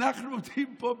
אנחנו עומדים פה בדיון,